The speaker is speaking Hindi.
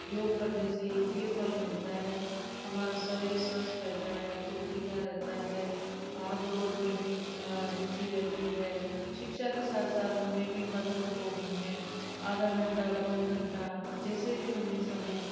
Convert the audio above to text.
योग करने से ये फल मिलता है हमारा शरीर स्वास्थ्य रहता है फुर्तीला रहता है भाग दौड़ में भी रुचि रहती है शिक्षा के साथ साथ हमें भी बच्चों को घर में आधा घंटा पौन घंटा जैसे भी हमें समय